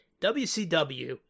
WCW